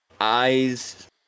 eyes